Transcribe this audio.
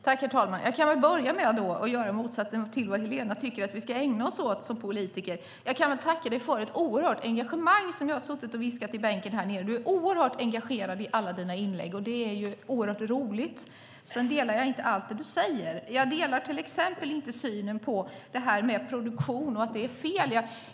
Herr talman! Jag kan börja med att göra motsatsen till vad Helena tycker att vi ska ägna oss åt som politiker. Jag kan tacka dig, Helena, för ett oerhört engagemang, som jag har suttit och viskat i bänken här nere. Du är oerhört engagerad i alla dina inlägg, och det är oerhört roligt. Sedan delar jag inte allt det du säger. Jag delar till exempel inte synen på det här med produktion och att det är fel.